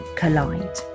collide